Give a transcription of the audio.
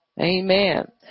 Amen